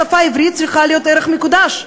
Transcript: השפה העברית צריכה להיות ערך מקודש.